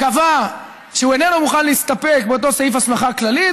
קבע שהוא איננו מוכן להסתפק באותו סעיף הסמכה כללית,